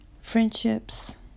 friendships